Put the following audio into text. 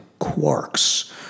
quarks